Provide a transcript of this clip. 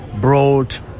brought